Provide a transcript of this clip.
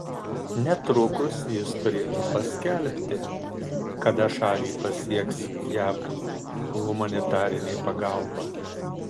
netrukus jis turėtų paskelbti kada šalį pasieks jav humanitarinė pagalba